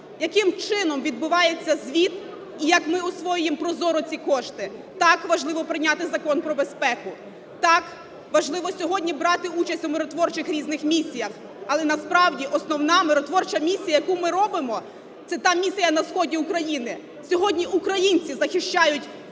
яким чином відбувається звіт, і як ми освоюємо прозоро ці кошти. Так, важливо прийняти Закон про безпеку, так, важливо сьогодні брати участь у миротворчих різних місіях, але насправді основна миротворча місія, яку ми робимо, – це та місія на сході України. Сьогодні українці захищають і членів